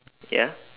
ya